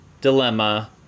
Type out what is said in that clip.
dilemma